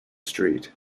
street